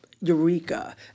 Eureka